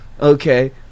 Okay